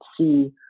see